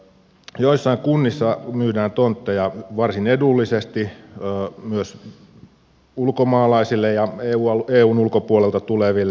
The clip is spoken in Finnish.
joissain kunnissa myydään tontteja varsin edullisesti myös ulkomaalaisille ja eun ulkopuolelta tuleville